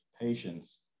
patients